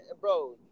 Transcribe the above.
bro